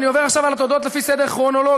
ואני עובר עכשיו על התודות לפי סדר כרונולוגי.